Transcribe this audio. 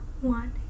One